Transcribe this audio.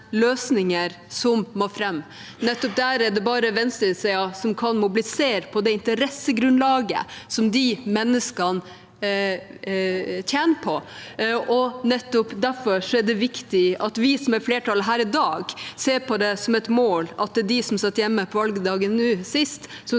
løsninger som må fram. Nettopp der er det bare venstresiden som kan mobilisere, på det interessegrunnlaget som de menneskene tjener på, og nettopp derfor er det viktig at vi som er flertallet her i dag, ser på det som et mål at det er de som satt hjemme på valgdagen nå sist, som skal